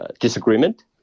disagreement